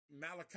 Malachi